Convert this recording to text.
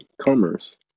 commerce